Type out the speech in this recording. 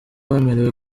wemerewe